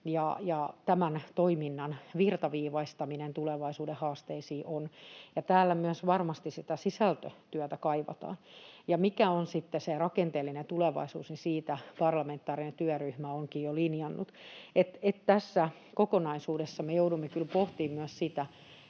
ja tämän toiminnan virtaviivaistaminen tulevaisuuden haasteisiin ovat, ja täällä myös varmasti sitä sisältötyötä kaivataan. Ja mikä on sitten se rakenteellinen tulevaisuus, niin siitä parlamentaarinen työryhmä onkin jo linjannut. Tässä kokonaisuudessa me joudumme kyllä pohtimaan myös sitä,